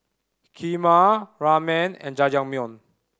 Kheema Ramen and Jajangmyeon